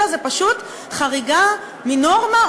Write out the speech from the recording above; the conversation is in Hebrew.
אלא זה פשוט חריגה מנורמה,